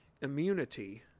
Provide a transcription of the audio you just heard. immunity